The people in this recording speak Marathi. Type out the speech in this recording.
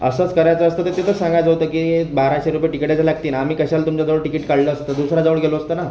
असंच करायचं असतं तर तिथंच सांगायचं होतं की बाराशे रुपये तिकिटाचे लागतील आम्ही कशाला तुमच्याजवळ तिकिट काढलं असतं दुसऱ्याजवळ गेलो असतो ना